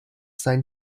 seien